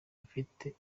ufite